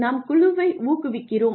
நாம் குழுவை ஊக்குவிக்கிறோம்